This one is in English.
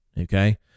Okay